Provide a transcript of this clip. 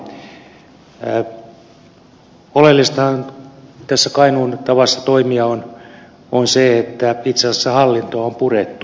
oleellistahan tässä kainuun tavassa toimia on se että itse asiassa hallinto on purettu